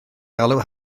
galw